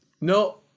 No